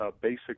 basic